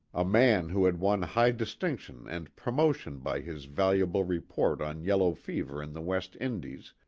a man who had won high distinction and promo tion by his valuable report on yellow fever in the west indies,